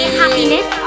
happiness